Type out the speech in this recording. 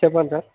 చెప్పండి సార్